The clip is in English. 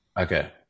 Okay